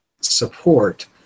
support